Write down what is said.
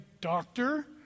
doctor